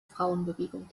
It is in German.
frauenbewegung